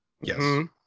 Yes